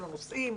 לא נוסעים,